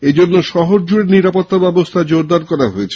এজন্য শহর জুড়ে নিরাপত্তা ব্যবস্থা জোরদার করা হয়েছে